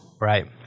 Right